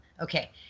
Okay